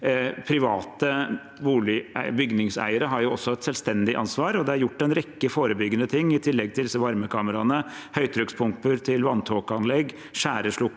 Private bygningseiere har også et selvstendig ansvar, og det er gjort en rekke forebyggende tiltak i tillegg til disse varmekameraene. Det er høytrykkspumper til vanntåkeanlegg, skjærslokker,